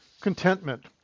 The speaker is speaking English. Contentment